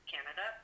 Canada